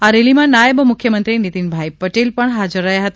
આ રેલી માં નાયબ મુખ્યમંત્રી નીતીન પટેલ પણ હાજર રહ્યા હતા